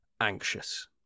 anxious